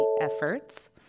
efforts